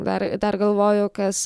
dar dar galvoju kas